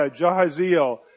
Jahaziel